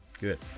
Good